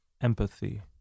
empathy